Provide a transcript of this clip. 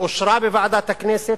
אושרה בוועדת הכנסת,